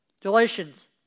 Galatians